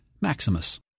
Maximus